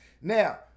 Now